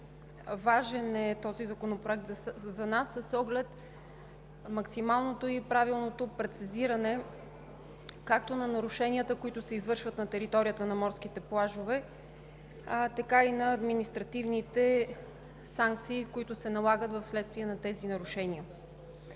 е изключително важен за нас с оглед максималното и правилното прецизиране както на нарушенията, които се извършват на територията на морските плажове, така и на административните санкции, които се налагат в следствие на тези нарушения.